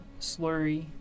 slurry